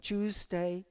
Tuesday